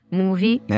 movie